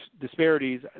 disparities